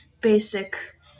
basic